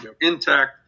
intact